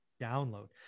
Download